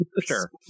Sure